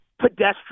pedestrian